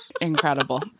Incredible